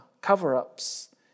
cover-ups